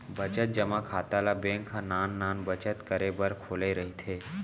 बचत जमा खाता ल बेंक ह नान नान बचत करे बर खोले रहिथे